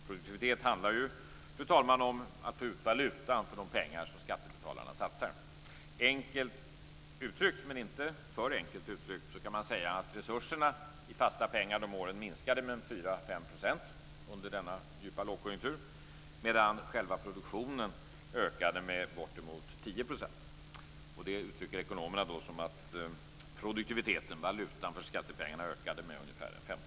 Produktivitet handlar ju, fru talman, om att få ut valuta för de pengar som skattebetalarna satsar. Enkelt, men inte för enkelt, uttryckt kan man säga att resurserna i fasta pengar de åren minskade med 4-5 %, under denna djupa lågkonjunktur, medan själva produktionen ökade med bortemot 10 %. Det uttrycker ekonomerna som att produktiviteten, valutan för skattepengarna, ökade med ungefär 15 %.